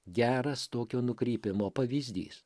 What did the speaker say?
geras tokio nukrypimo pavyzdys